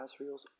Asriel's